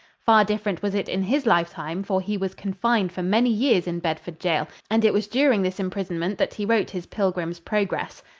far different was it in his lifetime, for he was confined for many years in bedford jail and it was during this imprisonment that he wrote his pilgrim's progress.